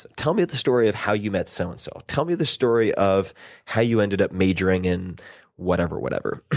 ah tell me the story of how you met so-and-so. so and so tell me the story of how you ended up majoring in whatever, whatever.